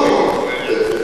לא.